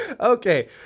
okay